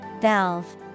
Valve